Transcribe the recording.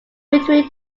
between